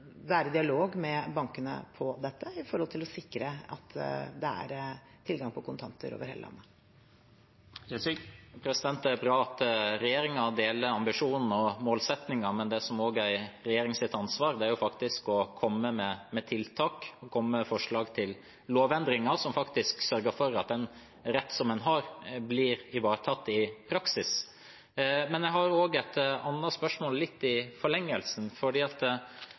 være i dialog med bankene om dette, med hensyn til å sikre at det er tilgang på kontanter over hele landet. Det er bra at regjeringen deler ambisjonen og målsettingen, men det som også er en regjerings ansvar, er faktisk å komme med tiltak og komme med forslag til lovendringer som faktisk sørger for at den rett som en har, blir ivaretatt i praksis. Jeg har et annet spørsmål, litt i forlengelsen, for en annen utfordring som mange nordmenn møter, er at